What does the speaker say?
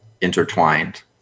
intertwined